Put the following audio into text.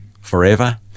forever